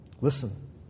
Listen